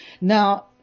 Now